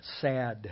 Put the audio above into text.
sad